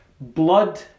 blood